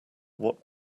what